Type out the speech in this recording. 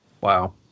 wow